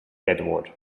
edward